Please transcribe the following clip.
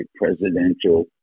presidential